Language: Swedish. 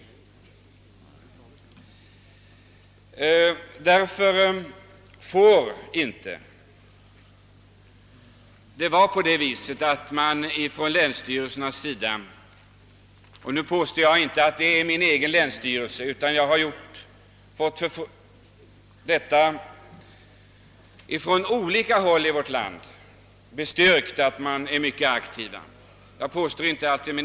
Nu påstår jag inte att det gäller min egen länsstyrelse, men jag har fått bestyrkt att man på olika håll i vårt land är mycket aktiv.